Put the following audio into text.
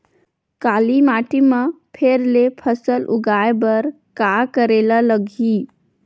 काली माटी म फेर ले फसल उगाए बर का करेला लगही?